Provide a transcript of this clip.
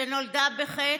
שנולדה בחטא,